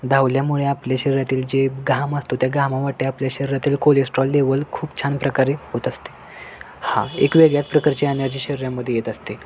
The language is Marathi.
धावल्यामुळे आपले शरीरातील जे घाम असतो त्या घामावाटे आपल्या शरीरातील कोलेस्ट्रॉल लेवल खूप छान प्रकारे होत असते हा एक वेगळ्याच प्रकारची ॲनर्जी शरीरामध्ये येत असते